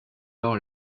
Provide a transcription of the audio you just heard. alors